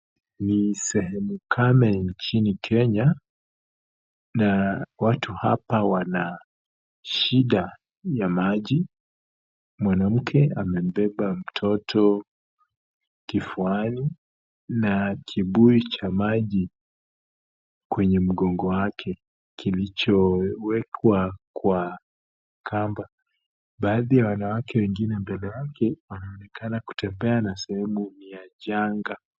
Ni sehemu kame nchini Kenya na watu hapa wanashida ya maji. Mwanamke amebeba mtoto kifuani na kibuyu cha maji kwenye mgongo wake kilichowekwa kwa kamba. Baadhi ya wanawake wengine mbele yake wanaonekana kutembea na sehemu ya janga.